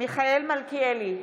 מיכאל מלכיאלי,